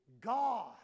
God